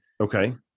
okay